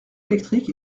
électrique